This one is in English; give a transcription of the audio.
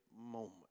moment